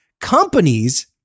companies